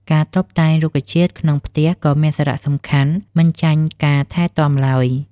ការតុបតែងរុក្ខជាតិក្នុងផ្ទះក៏មានសារៈសំខាន់មិនចាញ់ការថែទាំឡើយ។